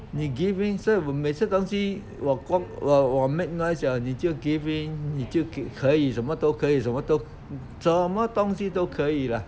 你 give in 所以我每次东西我呱我我 make noise liao 你就 give in 你就可以什么都可以什么都什么东西都可以 lah